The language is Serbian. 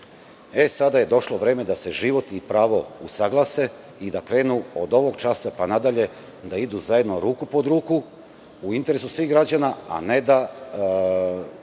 drugo. Sada je došlo vreme da se život i pravo usaglase i da, od ovog časa pa nadalje, idu zajedno ruku pod ruku u interesu svih građana, a ne da